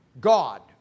God